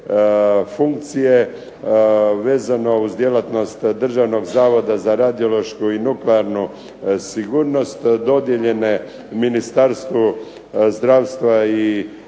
funkcije vezano uz djelatnost Državnog zavoda za radiološku i nuklearnu sigurnost dodijeljene Ministarstvu zdravstva što dovodi